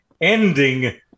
ending